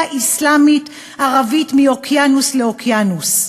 אסלאמית-ערבית מאוקיינוס לאוקיינוס.